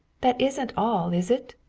that isn't all, is it?